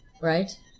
right